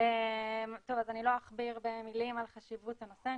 אז לא אכביר במילים על חשיבות הנושא,